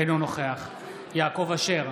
אינו נוכח יעקב אשר,